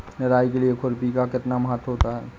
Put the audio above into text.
निराई के लिए खुरपी का कितना महत्व होता है?